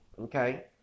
Okay